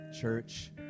church